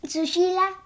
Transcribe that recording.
Sushila